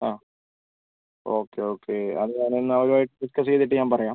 ആ okay okay അത് ഞാൻ നാളെ ഡിസ്ക്കസ് ചെയ്തിട്ട് ഞാൻ പറയാം